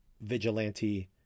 vigilante